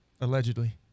Allegedly